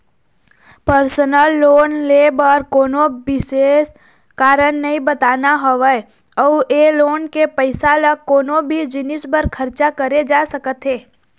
personal loan ले बर कोनो बिसेस कारन नइ बताना होवय अउ ए लोन के पइसा ल कोनो भी जिनिस बर खरचा करे जा सकत हे